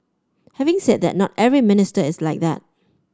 having said that not every minister is like that